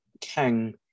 Kang